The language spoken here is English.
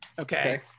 Okay